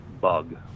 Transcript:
bug